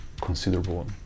considerable